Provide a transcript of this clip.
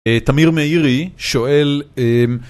תמיר מאירי שואל